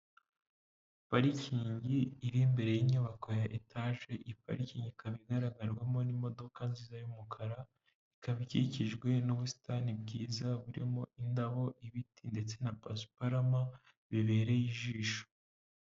Parikingi iri imbere y'inyubako ya etaje, iyi parikingi ikaba igaragarwamo n'imodoka nziza y'umukara, ikaba ikikijwe n'ubusitani bwiza burimo indabo, ibiti ndetse na pasiparama bibereye ijisho.